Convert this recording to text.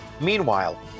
Meanwhile